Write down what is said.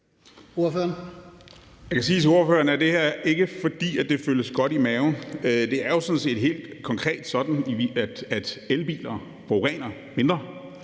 Jeg kan sige til ordføreren, at det her ikke er, fordi det føles godt i maven. Det er sådan set helt konkret sådan, at elbiler forurener mindre.